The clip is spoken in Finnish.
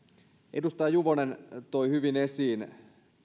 edustaja juvonen toi hyvin esiin